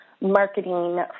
marketing